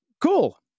Cool